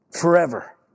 Forever